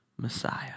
Messiah